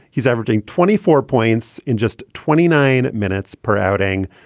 he's averaging twenty four points in just twenty nine minutes per outing.